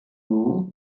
law